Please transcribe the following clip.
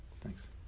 Thanks